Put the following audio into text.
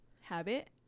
habit